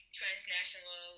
transnational